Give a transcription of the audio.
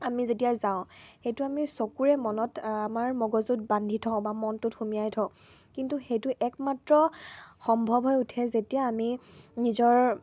আমি যেতিয়া যাওঁ সেইটো আমি চকুৰে মনত আমাৰ মগজুত বান্ধি থওঁ বা মনটোত সুমিয়াই থওঁ কিন্তু সেইটো একমাত্ৰ সম্ভৱ হৈ উঠে যেতিয়া আমি নিজৰ